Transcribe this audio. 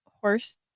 Horse